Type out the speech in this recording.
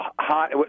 hot